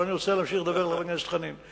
אבל אני רוצה להמשיך לדבר לחבר הכנסת חנין.